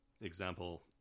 example